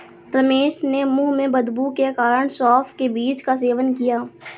रमेश ने मुंह में बदबू के कारण सौफ के बीज का सेवन किया